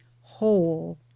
whole